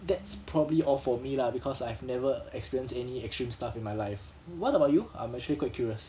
that's probably all for me lah because I've never experienced any extreme stuff in my life what about you I'm actually quite curious